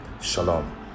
Shalom